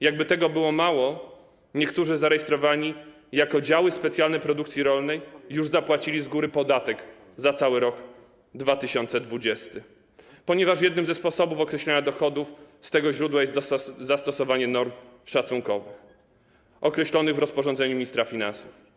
Jakby tego było mało, niektórzy zarejestrowani jako działy specjalne produkcji rolnej już zapłacili z góry podatek za cały rok 2020, ponieważ jednym ze sposobów określenia dochodów z tego źródła jest zastosowanie norm szacunkowych określonych w rozporządzeniu ministra finansów.